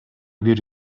бир